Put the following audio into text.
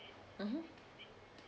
mmhmm